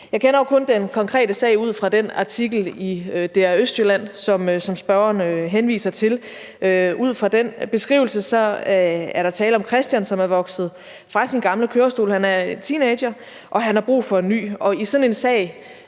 Jeg kender jo kun den konkrete sag ud fra den artikel i DR Østjylland, som spørgeren henviser til. Ud fra den beskrivelse er der tale om Christian, som er vokset fra sin gamle kørestol. Han er teenager, og han har brug for en ny.